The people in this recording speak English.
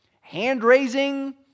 Hand-raising